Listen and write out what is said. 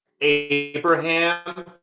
Abraham